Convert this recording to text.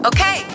Okay